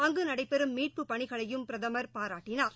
அங்கு நடைபெறும் மீட்பு பணிகளையும் பிரதமர் பாராட்டினார்